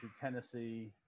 Tennessee